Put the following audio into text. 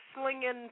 slinging